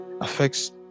affects